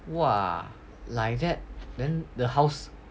!wah! like that then the house